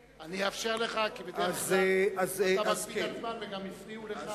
אאפשר לך כי בדרך כלל אתה מקפיד על זמן וגם הפריעו לך.